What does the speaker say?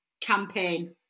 campaign